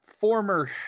former